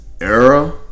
era